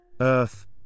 Earth